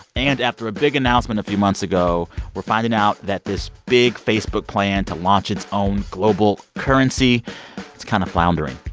and after a big announcement a few months ago, we're finding out that this big facebook plan to launch its own global currency it's kind of floundering.